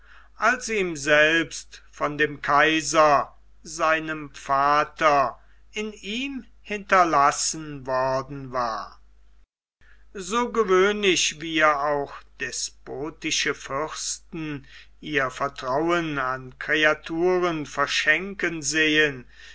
als ihm selbst von dem kaiser seinem vater in ihm hinterlassen worden war so gewöhnlich wir auch despotische fürsten ihr vertrauen in kreaturen verschenken sehen